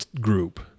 group